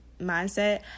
mindset